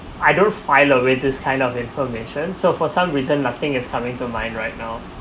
I don't file away this kind of information so for some reason nothing is coming to mind right now